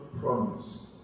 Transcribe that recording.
promise